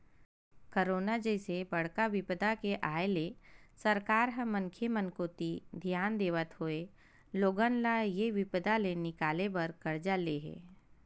corona जइसे बड़का बिपदा के आय ले सरकार ह मनखे मन कोती धियान देवत होय लोगन ल ऐ बिपदा ले निकाले बर करजा ले हे